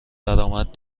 درآمد